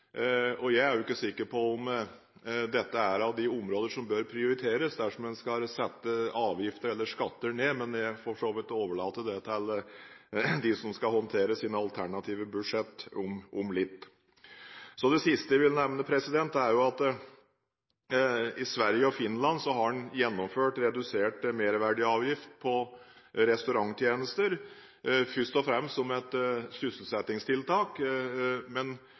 og jeg er ikke sikker på om dette er av de områder som bør prioriteres dersom en skal sette avgifter eller skatter ned. Men jeg vil for så vidt overlate det til dem som skal håndtere sine alternative budsjetter om litt. Det siste jeg vil nevne, er at man i Sverige og Finland har gjennomført redusert merverdiavgift på restauranttjenester, først og fremst som et sysselsettingstiltak,